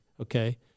Okay